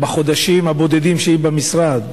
בחודשיים הבודדים שהיא במשרד,